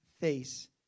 face